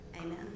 amen